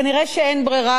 כנראה אין ברירה,